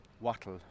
wattle